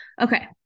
okay